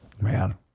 Man